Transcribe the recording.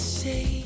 say